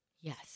Yes